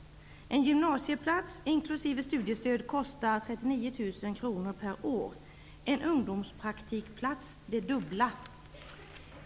En gymnasieplats, inkl. studiestöd, kostar 39 000 kronor per år. En ungdomspraktikplats kostar det dubbla.